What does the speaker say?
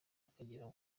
ukagera